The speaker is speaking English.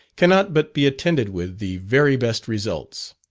cannot but be attended with the very best results.